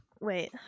Wait